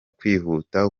kwihuta